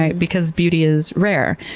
ah because beauty is rare.